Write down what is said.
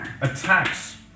Attacks